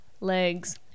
legs